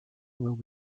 will